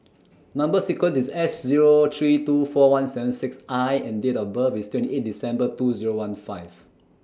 Number sequence IS S Zero three two four one seven six I and Date of birth IS twenty eight December two Zero one five